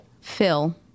Phil